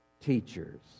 teachers